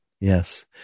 Yes